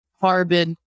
carbon